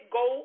go